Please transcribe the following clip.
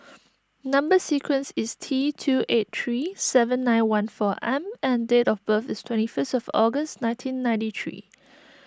Number Sequence is T two eight three seven nine one four M and date of birth is twenty first of August nineteen ninety three